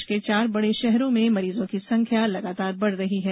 प्रदेश के चार बड़े शहरों में मरीजों की संख्या लगातार बढ रही है